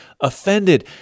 offended